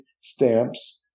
stamps